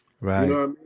right